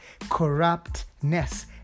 corruptness